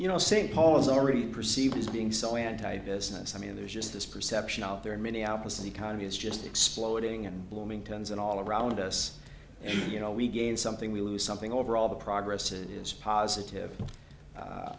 you know st paul is already perceived as being so anti business i mean there's just this perception out there in minneapolis in the economy it's just exploding and booming turns and all around us and you know we gain something we lose something over all the progress and it's positive